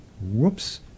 Whoops